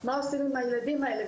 מה עושים עם הילדים האלה.